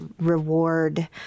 reward